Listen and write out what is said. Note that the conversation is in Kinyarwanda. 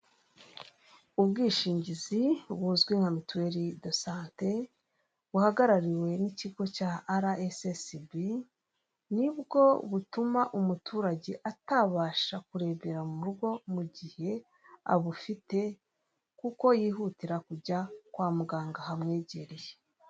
Ubwishingizi buzwi nka mituweli do sante buhagarariwe n'ikigo cya araesiesibi, nibwo butuma umuturage atabasha kurembera mu rugo mu gihe abufite, kuko yihutira kujya kwa muganga hamwegereye.